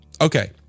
Okay